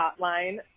hotline